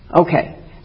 Okay